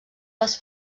les